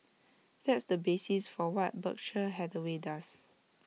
that's the basis for what Berkshire Hathaway does